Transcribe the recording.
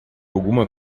alguma